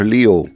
Leo